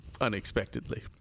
unexpectedly